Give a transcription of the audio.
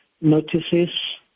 notices